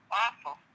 awful